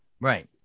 Right